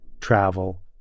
travel